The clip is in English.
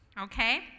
Okay